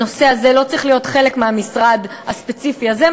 הנושא הזה לא צריך להיות חלק מהמשרד הספציפי הזה,